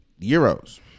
Euros